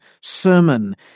sermon